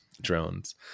drones